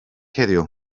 heddiw